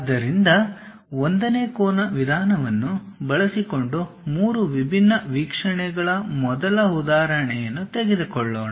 ಆದ್ದರಿಂದ 1ನೇ ಕೋನ ವಿಧಾನವನ್ನು ಬಳಸಿಕೊಂಡು ಮೂರು ವಿಭಿನ್ನ ವೀಕ್ಷಣೆಗಳ ಮೊದಲ ಉದಾಹರಣೆಯನ್ನು ತೆಗೆದುಕೊಳ್ಳೋಣ